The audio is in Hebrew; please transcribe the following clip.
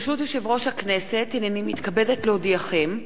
ברשות יושב-ראש הכנסת, הנני מתכבדת להודיעכם,